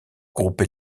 groupe